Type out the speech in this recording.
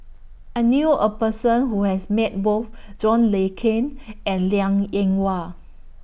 I knew A Person Who has Met Both John Le Cain and Liang Eng Hwa